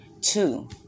two